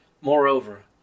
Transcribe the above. Moreover